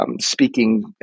speaking